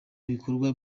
ibikorwa